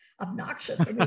obnoxious